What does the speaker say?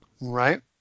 Right